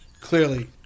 Clearly